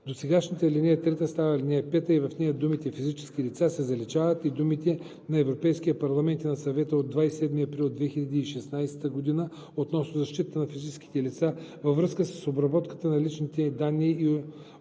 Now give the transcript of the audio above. Досегашната ал. 3 става ал. 5 и в нея думите „физически лица“ се заличават и думите „на Европейския парламент и на Съвета от 27 април 2016 г. относно защитата на физическите лица във връзка с обработването на лични данни и относно